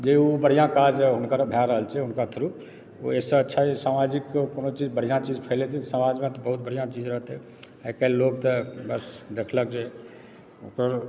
जे ओ बढ़िआँ काज हुनकर भए रहल छै हुनका थ्रू ओहिसँ अच्छा जे समाजिक कोनो चीज बढ़िआँ चीज फैले छै समाजमे तऽबहुत बढ़िआँ चीज रहतै आइकाल्हि लोक तऽ बस देखलक जे एकर